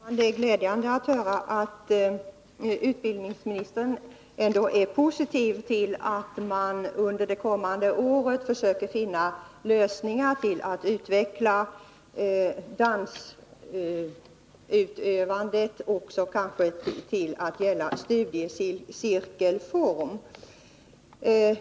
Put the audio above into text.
Herr talman! Det är glädjande att höra att utbildningsministern ändå är positiv till att man under det kommande året försöker finna lösningar som gör det möjligt att studera också dans i studiecirkelform.